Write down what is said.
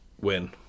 Win